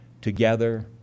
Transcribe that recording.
together